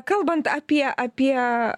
kalbant apie apie